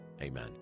Amen